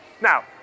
Now